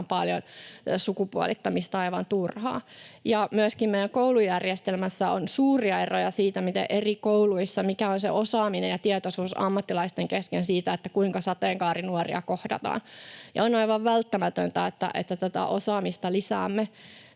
paljon sukupuolittamista aivan turhaan. Myöskin meidän koulujärjestelmässä on suuria eroja siinä, mikä eri kouluissa on se osaaminen ja tietoisuus ammattilaisten kesken siitä, kuinka sateenkaarinuoria kohdataan, ja on aivan välttämätöntä, että tätä osaamista lisäämme.